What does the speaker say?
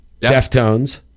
Deftones